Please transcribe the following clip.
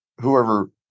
whoever